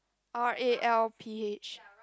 Ralph